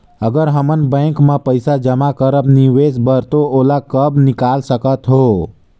अगर हमन बैंक म पइसा जमा करब निवेश बर तो ओला कब निकाल सकत हो?